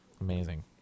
amazing